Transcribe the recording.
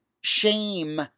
shame